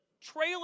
trailer